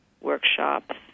workshops